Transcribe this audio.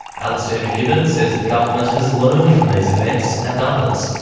alastair macgibbon says the government has learned from these events and others,